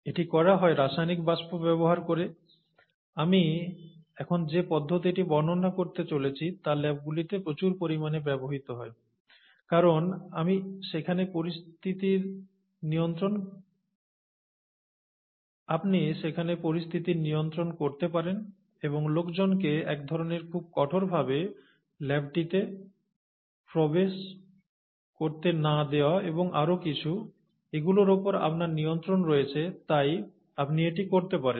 এটি করা হয় রাসায়নিক বাষ্প ব্যবহার করে আমি এখন যে পদ্ধতিটি বর্ণনা করতে চলেছি তা ল্যাবগুলিতে প্রচুর পরিমাণে ব্যবহৃত হয় কারণ আপনি সেখানে পরিস্থিতির নিয়ন্ত্রণ করতে পারেন এবং লোকজনকে এক ধরণের খুব কঠোরভাবে ল্যাবটিতে প্রবেশ করতে না দেওয়া এবং আরও কিছু এগুলোর ওপর আপনার নিয়ন্ত্রণ রয়েছে তাই আপনি এটি করতে পারেন